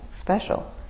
special